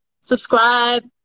subscribe